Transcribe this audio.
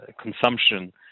Consumption